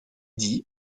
dit